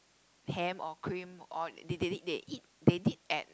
ham or cream or they they they eat they did add